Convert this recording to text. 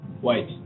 white